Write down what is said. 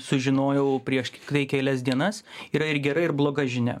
sužinojau prieš ktai kelias dienas yra ir gera ir bloga žinia